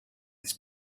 his